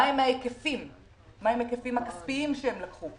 מה הם ההיקפים הכספיים שהם לקחו,